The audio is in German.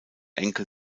enkel